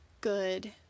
good